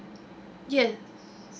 yes